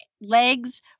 legs